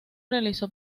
realizó